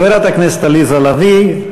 חברת הכנסת עליזה לביא,